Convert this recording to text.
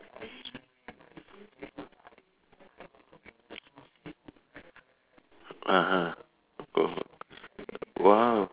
(uh huh) oh !wow!